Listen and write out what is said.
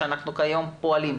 שאנחנו פועלים לפיה כיום,